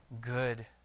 good